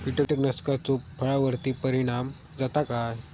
कीटकनाशकाचो फळावर्ती परिणाम जाता काय?